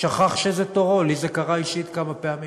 שכח שזה תורו, לי זה קרה אישית כמה פעמים.